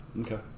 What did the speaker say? Okay